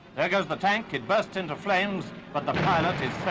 there goes the tank, it burst into flames but the pilot